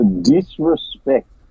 disrespect